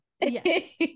Yes